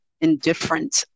indifferent